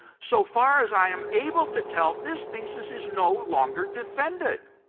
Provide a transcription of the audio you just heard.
so far as i am able to tell, this thesis is no longer defended.